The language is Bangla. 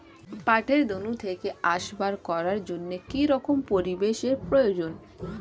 পাটের দণ্ড থেকে আসবাব করার জন্য কি রকম পরিবেশ এর প্রয়োজন?